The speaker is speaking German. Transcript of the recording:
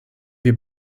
wir